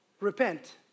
Repent